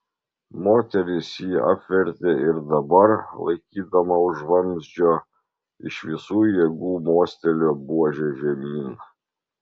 moteris jį apvertė ir dabar laikydama už vamzdžio iš visų jėgų mostelėjo buože žemyn